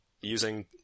using